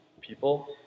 people